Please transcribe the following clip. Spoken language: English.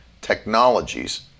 Technologies